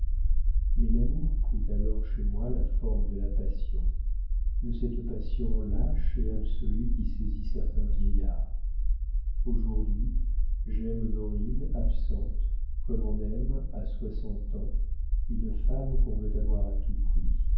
mais l'amour prit alors chez moi la forme de la passion de cette passion lâche et absolue qui saisit certains vieillards aujourd'hui j'aime honorine absente comme on aime à soixante ans une femme qu'on veut avoir à tout prix